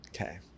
Okay